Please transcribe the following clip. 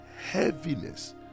heaviness